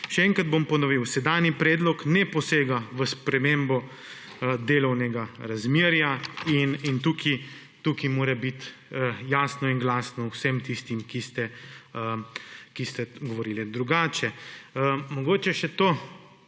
Še enkrat bom ponovil, sedanji predlog ne posega v spremembo delovnega razmerja in tukaj mora biti jasno in glasno vsem tistim, ki ste govorili drugače.